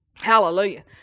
Hallelujah